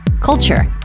culture